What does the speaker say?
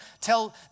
tell